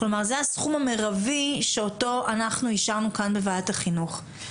כלומר זה הסכום המרבי שאותו אנחנו אישרנו כאן בוועדת החינוך.